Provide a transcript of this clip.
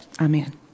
Amen